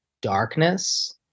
darkness